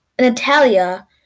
Natalia